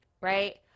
Right